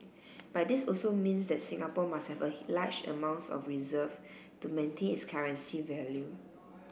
but this also means that Singapore must have a large amounts of reserve to maintain its currency value